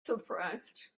surprised